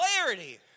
clarity